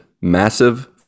Massive